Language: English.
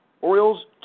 Orioles